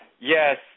Yes